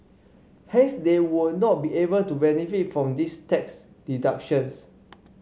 hence they would not be able to benefit from these tax deductions